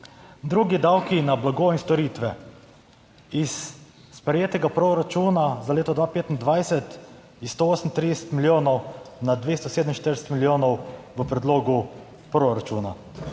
Drugi davki na blago in storitve. Iz sprejetega proračuna za leto 2025 iz 138 milijonov na 247 milijonov v predlogu proračuna.